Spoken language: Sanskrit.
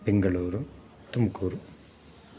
बेङ्गलूरु तुम्कूरु